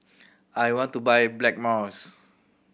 I want to buy Blackmores